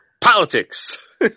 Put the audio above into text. Politics